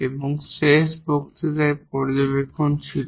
এবং শেষ বক্তৃতার পর্যবেক্ষণ ছিল